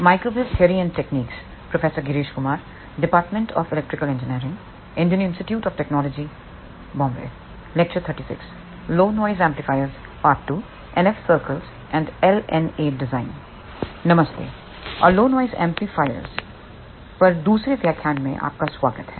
नमस्ते और low noise एम्पलीफायरों पर दूसरे व्याख्यान में आपका स्वागत है